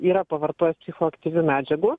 yra pavartojęs psichoaktyvių medžiagų